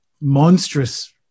monstrous